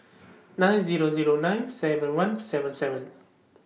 nine Zero Zero nine seven one seven seven